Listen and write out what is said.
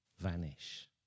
vanish